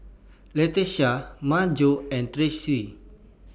Latesha Maryjo and Tressie